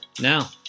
Now